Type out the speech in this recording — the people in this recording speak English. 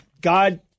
God